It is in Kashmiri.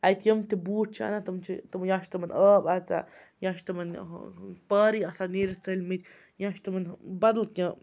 اَتہِ یِم تہِ بوٗٹھ چھِ اَنان تِم چھِ تِم یا چھِ تِمَن آب اَژان یا چھِ تِمَن پارٕے آسان نیٖرِتھ ژٔلۍمٕتۍ یا چھِ تِمَن بَدل کیٚنٛہہ